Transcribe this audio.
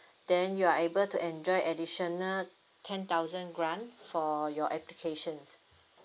then you are able to enjoy additional ten thousand grant for your applications